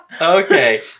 Okay